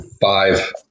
Five